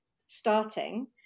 starting